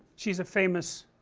she's a famous